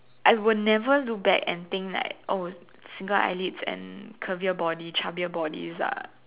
I would never look back and think like oh single eyelids and curvier body chubbier bodies are